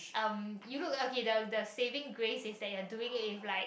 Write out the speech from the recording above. um you look okay the the saving grace is that you are doing it with like